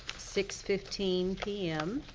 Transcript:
six fifteen pm.